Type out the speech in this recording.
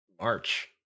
March